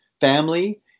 family